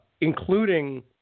including